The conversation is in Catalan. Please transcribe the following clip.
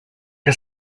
que